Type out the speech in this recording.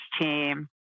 team